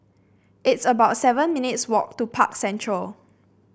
it's about seven minutes' walk to Park Central